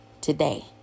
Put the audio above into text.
today